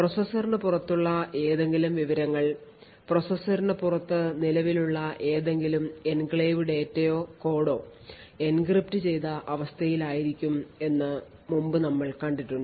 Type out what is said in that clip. പ്രോസസറിന് പുറത്തുള്ള ഏതെങ്കിലും വിവരങ്ങൾ പ്രോസസറിന് പുറത്ത് നിലവിലുള്ള ഏതെങ്കിലും എൻക്ലേവ് ഡാറ്റയോ കോഡോ എൻക്രിപ്റ്റ് ചെയ്ത അവസ്ഥയിൽ ആയിരിക്കും എന്ന് മുമ്പ് നമ്മൾ കണ്ടിട്ടുണ്ട്